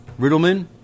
Riddleman